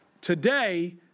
today